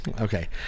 Okay